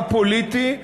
א-פוליטי,